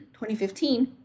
2015